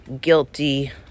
guilty